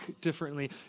differently